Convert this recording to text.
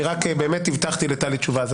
הבטחתי לטלי תשובה.